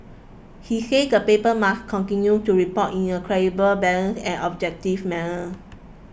he said the paper must continue to report in a credible balanced and objective manner